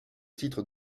titre